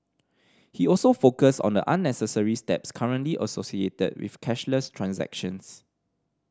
he also focused on the unnecessary steps currently associated with cashless transactions